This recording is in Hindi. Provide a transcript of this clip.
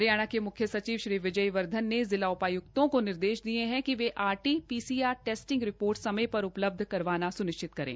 हरियाणा के मुख्यसचिव श्री विजय वर्धन ने जिला उपायुक्तों को निर्देश दिये है कि आरटी पीसीआर टैस्टिंग रिपोर्ट समयपर उपलब्ध करवाना सुनिश्चित करें